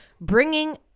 bringing